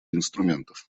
инструментов